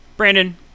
Brandon